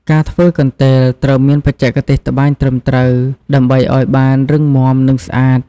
ការធ្វើកន្ទេល ត្រូវមានបច្ចេកទេសត្បាញត្រឹមត្រូវដើម្បីឲ្យបានរឹងមាំ និងស្អាត។